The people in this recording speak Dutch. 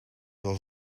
was